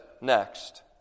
next